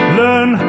learn